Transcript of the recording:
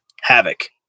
Havoc